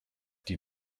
die